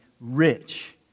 rich